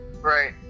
Right